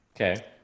Okay